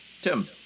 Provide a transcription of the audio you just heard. Tim